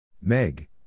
Meg